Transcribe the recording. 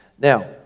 Now